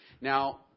Now